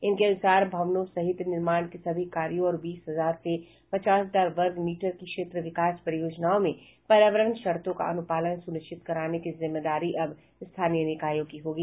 इनके अनुसार भवनों सहित निर्माण के सभी कार्यों और बीस हजार से पचास हजार वर्ग मीटर की क्षेत्र विकास परियोजनाओं में पर्यावरण शर्तों का अनुपालन सुनिश्चित कराने की जिम्मेदारी अब स्थानीय निकायों की होगी